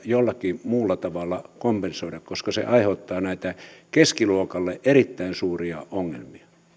jollakin muulla tavalla kompensoida koska se aiheuttaa näitä keskiluokalle erittäin suuria ongelmia